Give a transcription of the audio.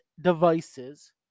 devices